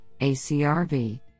ACRV